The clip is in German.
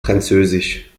französisch